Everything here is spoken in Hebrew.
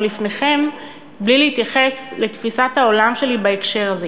לפניכם בלי להתייחס לתפיסת העולם שלי בהקשר זה.